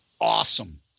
awesome